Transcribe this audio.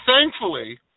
thankfully